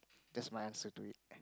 that's my answer to it